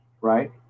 Right